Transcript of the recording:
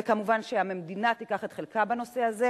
וכמובן שהמדינה תיקח את חלקה בנושא הזה,